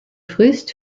frist